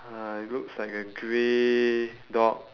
uh it looks like a grey dog